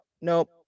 nope